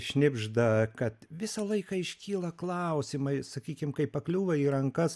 šnibžda kad visą laiką iškyla klausimai sakykim kai pakliūva į rankas